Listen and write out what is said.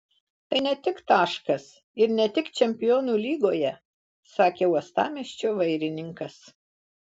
tai ne tik taškas ir ne tik čempionų lygoje sakė uostamiesčio vairininkas